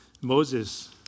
Moses